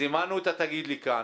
זימנו את התאגיד לכאן,